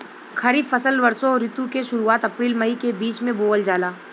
खरीफ फसल वषोॅ ऋतु के शुरुआत, अपृल मई के बीच में बोवल जाला